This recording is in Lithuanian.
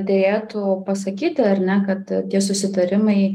derėtų pasakyti ar ne kad tie susitarimai